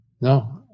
no